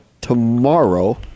tomorrow